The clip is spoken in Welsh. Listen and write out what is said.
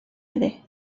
iddi